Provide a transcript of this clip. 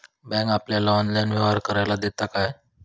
Bank आपल्याला online व्यवहार करायला देता काय?